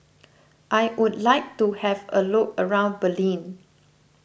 I would like to have a look around Berlin